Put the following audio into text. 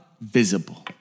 visible